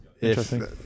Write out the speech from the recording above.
Interesting